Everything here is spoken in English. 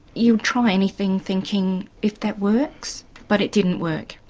you'll try anything thinking if that works but it didn't work.